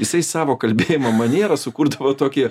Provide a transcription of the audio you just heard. jisai savo kalbėjimo maniera sukurdavo tokį